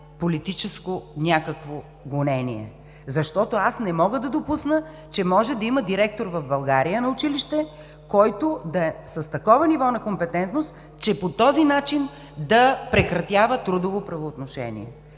политическо някакво гонение! Аз не мога да допусна, че може да има директор на училище в България, който да е с такова ниво на компетентност, че по този начин да прекратява трудово правоотношение!